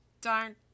darn